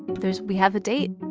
there's we have a date.